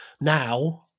Now –